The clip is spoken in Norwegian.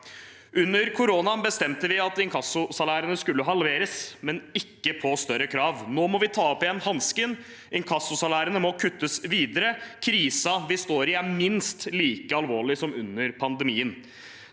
Under koronaen bestemte vi at inkassosalærene skulle halveres, men ikke på større krav. Nå må vi ta opp igjen hansken. Inkassosalærene må kuttes videre. Krisen vi står i, er minst like alvorlig som under pandemien.